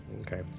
Okay